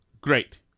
great